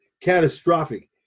catastrophic